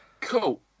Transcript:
Cool